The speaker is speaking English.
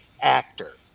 actor